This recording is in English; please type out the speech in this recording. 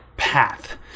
path